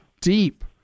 deep